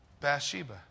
Bathsheba